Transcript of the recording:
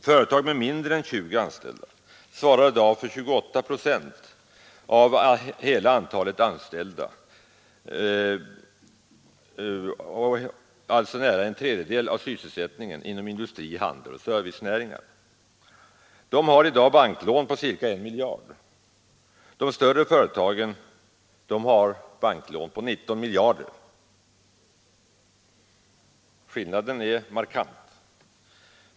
Företag med mindre än 20 anställda svarar i dag för 28 procent av hela antalet anställda, alltså nära en tredjedel av sysselsättningen, inom industri, handel och servicenäringar. Dessa företag har i dag banklån på ca 1 miljard. De större företagen har banklån på 19 miljarder. Skillnaden är markant.